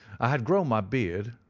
i had grown my beard,